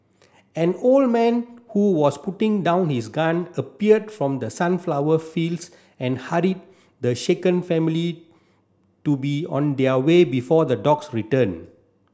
an old man who was putting down his gun appeared from the sunflower fields and hurried the shaken family to be on their way before the dogs return